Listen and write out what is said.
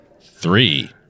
Three